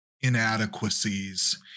inadequacies